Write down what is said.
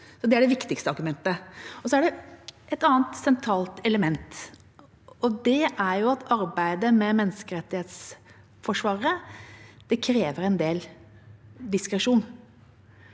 Det er det viktigste argumentet. Så er det et annet sentralt element, og det er at arbeidet med menneskerettighetsforsvarere krever en del diskresjon.